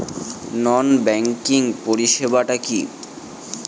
নন banking পরিষেবা টা কি?